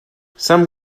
some